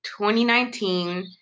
2019